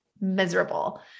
miserable